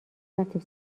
رفتیم